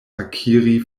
akiri